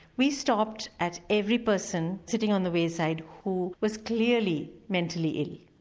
we stopped at every person sitting on the wayside who was clearly mentally ill,